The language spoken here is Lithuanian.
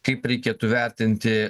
kaip reikėtų vertinti